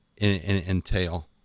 entail